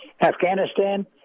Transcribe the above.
Afghanistan